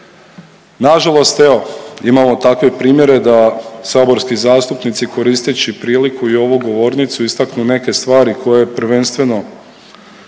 Nažalost evo imamo takve primjere da saborski zastupnici koristeći priliku i ovu govornicu istaknu neke stvari koje prvenstveno